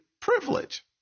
privilege